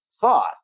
thought